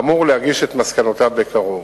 והוא אמור להגיש את מסקנותיו בקרוב.